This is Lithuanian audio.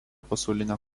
pasaulinio